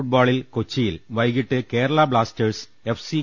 L ഫുട്ബോളിൽ കൊച്ചിയിൽ വൈകിട്ട് കേരള ബ്ലാസ്റ്റേഴ്സ് എഫ്